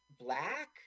black